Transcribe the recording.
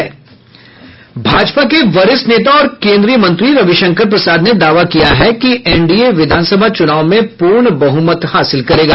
भाजपा के वरिष्ठ नेता और केन्द्रीय मंत्री रविशंकर प्रसाद ने दावा किया है कि एनडीए विधानसभा चूनाव में पूर्ण बहमत हासिल करेगा